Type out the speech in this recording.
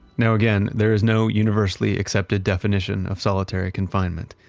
now again, there is no universally accepted definition of solitary confinement,